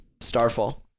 Starfall